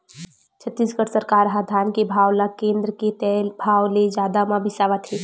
छत्तीसगढ़ सरकार ह धान के भाव ल केन्द्र के तय भाव ले जादा म बिसावत हे